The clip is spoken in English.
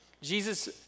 Jesus